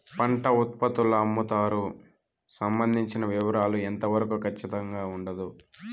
పంట ఉత్పత్తుల అమ్ముతారు సంబంధించిన వివరాలు ఎంత వరకు ఖచ్చితంగా ఉండదు?